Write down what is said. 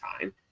time